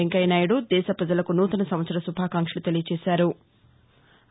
వెంకయ్యనాయుడు దేశ పజలకు నూతన సంవత్సర శుభాకాంక్షలు తెలియచేశారు